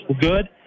good